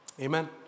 Amen